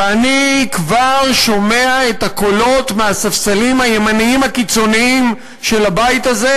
ואני כבר שומע את הקולות מהספסלים הימניים הקיצוניים של הבית הזה,